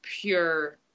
pure